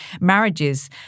marriages